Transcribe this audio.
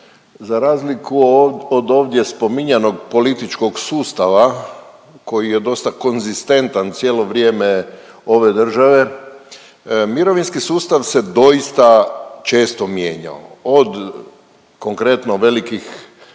Za razliku od ovdje spominjanog političkog sustava koji je dosta konzistentan cijelo vrijeme ove države, mirovinski sustav se doista često mijenjao, od konkretno velikih